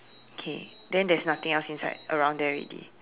okay then there's nothing else inside around there already